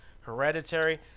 hereditary